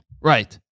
right